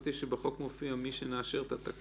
חשבתי שבחוק מופיע מרגע שנאשר את התקנות.